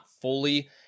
fully